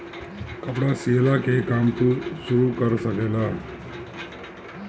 कपड़ा सियला के काम तू शुरू कर सकेला